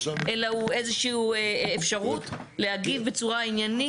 אלא הוא איזשהו אפשרות להגיב בצורה עניינית.